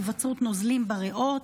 היווצרות נוזלים בריאות,